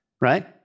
right